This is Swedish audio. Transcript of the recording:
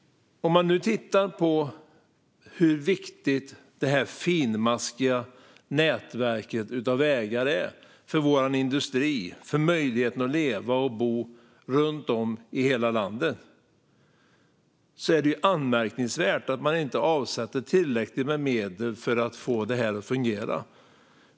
Eftersom det finmaskiga nätverket av vägar är så viktigt för vår industri och för möjligheten att leva och bo runt om i hela landet är det anmärkningsvärt att man inte avsätter tillräckligt med medel för att få det att fungera.